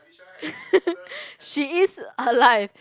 she is alive